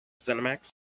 Cinemax